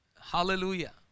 Hallelujah